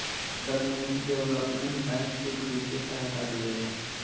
community development bank सुख बित्तीय सहायता देवेला